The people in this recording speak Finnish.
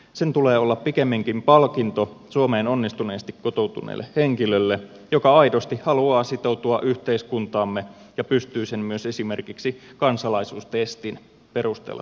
sen tulee olla pikemminkin palkinto suomeen onnistuneesti kotoutuneelle henkilölle joka aidosti haluaa sitoutua yhteiskuntaamme ja pystyy sen myös esimerkiksi kansalaisuustestin perusteella todistamaan